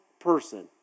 person